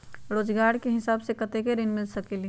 रोजगार के हिसाब से कतेक ऋण मिल सकेलि?